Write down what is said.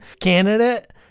candidate